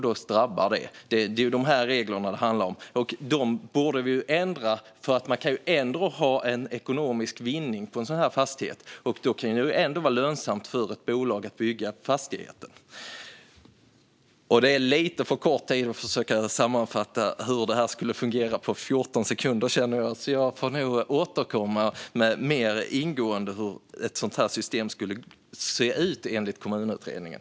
Det är dessa regler det handlar om, och de borde ändras. Man kan ändå ha en ekonomisk vinning på en sådan här fastighet, och därför kan det vara lönsamt för ett bolag att bygga fastigheten. Det är svårt att på 14 sekunder sammanfatta hur detta skulle fungera, så jag får återkomma mer ingående till hur ett sådant här system skulle se ut enligt Kommunutredningen.